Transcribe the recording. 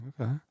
Okay